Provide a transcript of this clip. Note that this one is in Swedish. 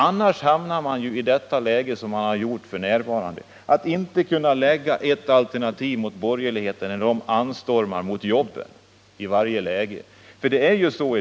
Annars hamnar man ju i det läge som vi befinner oss f. n., nämligen att inte kunna lägga fram ett alternativ mot borgerligheten när den i varje läge anstormar mot jobben.